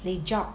they jog